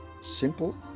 simple